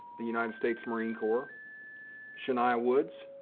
the united states marine corps shania woods,